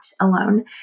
alone